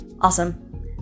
Awesome